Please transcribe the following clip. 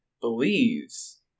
believes